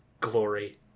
glory